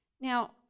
Now